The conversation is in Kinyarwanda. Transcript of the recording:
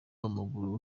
w’amaguru